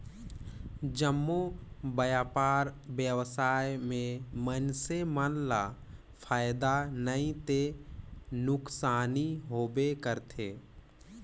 जम्मो बयपार बेवसाय में मइनसे मन ल फायदा नइ ते नुकसानी होबे करथे